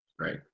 Right